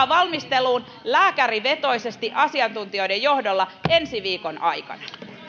valmistelu alkaa lääkärivetoisesti asiantuntijoiden johdolla ensi viikon aikana